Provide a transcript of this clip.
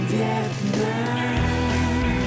Vietnam